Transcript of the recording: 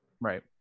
Right